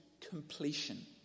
completion